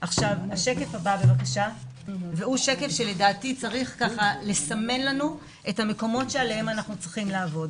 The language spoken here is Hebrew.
השקף הבא הוא שקף שצריך לסמן לנו את המקומות שעליהם אנחנו צריכים לעבוד.